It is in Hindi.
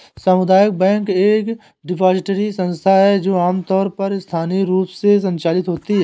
सामुदायिक बैंक एक डिपॉजिटरी संस्था है जो आमतौर पर स्थानीय रूप से संचालित होती है